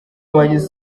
bagize